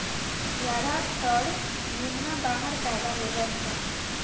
ज्यादातर मेमना बाहर पैदा लेलसन